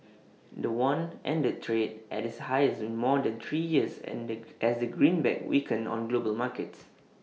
the won ended trade at its highest in more than three years as the greenback weakened on global markets